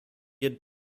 had